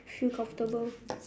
feel comfortable